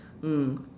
mm